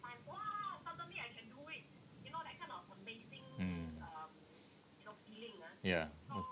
mm ya okay